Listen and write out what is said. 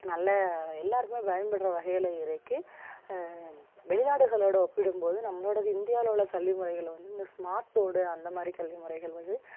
நல்லா எல்லோருக்குமே பயன்படுற வகையில் இருக்குது வெளிநாடுகளோடு ஒப்பிடும்போது நம்மளோடயது இந்தியாவில் உள்ள கல்விமுறைகள்ல வந்து இந்த ஸ்மார்ட் போர்டு அந்தமாதிரி கல்விமுறைகள் வருது